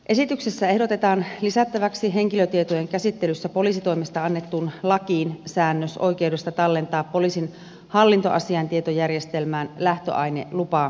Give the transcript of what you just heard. esityksessä ehdotetaan lisättäväksi henkilötietojen käsittelystä poliisitoimessa annettuun lakiin säännös oikeudesta tallentaa poliisin hallintoasiaintietojärjestelmään lähtöainelupaa koskevat tiedot